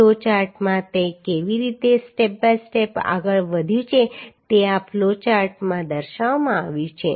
અને ફ્લોચાર્ટમાં તે કેવી રીતે સ્ટેપ બાય સ્ટેપ આગળ વધ્યું છે તે આ ફ્લોચાર્ટમાં દર્શાવવામાં આવ્યું છે